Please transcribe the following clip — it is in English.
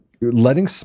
letting